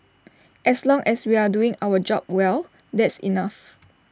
as long as we're doing our job well that's enough